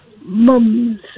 mums